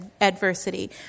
adversity